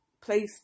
place